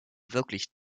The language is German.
wirklich